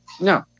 No